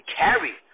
carry